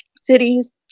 Cities